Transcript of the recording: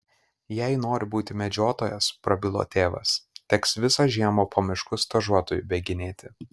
jei nori būti medžiotojas prabilo tėvas teks visą žiemą po miškus stažuotoju bėginėti